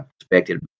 expected